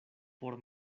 por